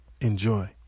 Enjoy